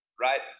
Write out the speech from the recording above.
right